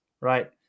right